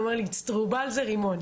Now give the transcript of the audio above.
הוא אמר לי איצטרובל זה רימון.